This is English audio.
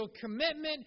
commitment